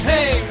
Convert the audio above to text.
Hey